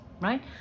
right